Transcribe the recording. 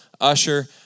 usher